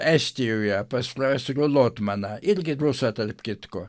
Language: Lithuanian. estijoje pas profesorių lotmaną irgi rusą tarp kitko